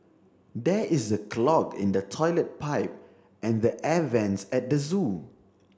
there is a clog in the toilet pipe and the air vents at the zoo